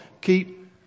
keep